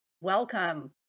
Welcome